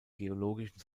geologischen